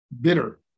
bitter